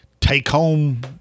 take-home